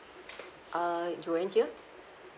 uh joanne here